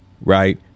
Right